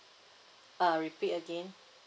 uh repeat again